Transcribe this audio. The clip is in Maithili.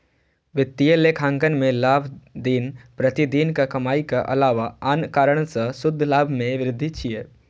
वित्तीय लेखांकन मे लाभ दिन प्रतिदिनक कमाइक अलावा आन कारण सं शुद्ध लाभ मे वृद्धि छियै